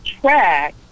track